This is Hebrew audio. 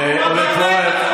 כי לא כולכם תשובו לכנסת.